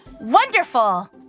Wonderful